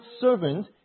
servant